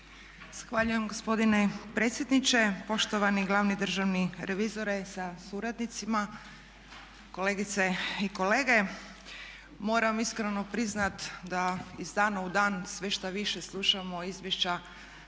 Zahvaljujem gospodine predsjedniče, poštovani glavni državni revizore sa suradnicima, kolegice i kolege. Moram iskreno priznati da iz dana u dan sve šta više slušamo izvješća